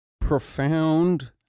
profound